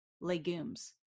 legumes